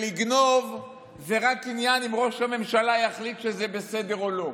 ולגנוב זה רק עניין אם ראש הממשלה יחליט שזה בסדר או לא.